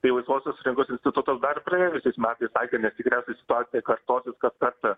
tai laisvosios rinkos institutas dar praėjusiais metais sakė nes tikriausiai situacija kartosis kas kartą